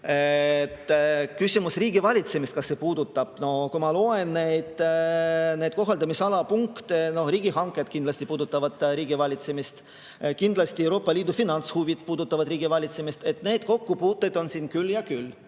Küsimus oli riigivalitsemisest, kas see seda puudutab. No kui ma loen kohaldamisala punkte, siis riigihanked kindlasti puudutavad riigivalitsemist, samuti Euroopa Liidu finantshuvid puudutavad riigivalitsemist. Neid kokkupuuteid on siin küll ja küll.